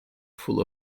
full